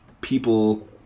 people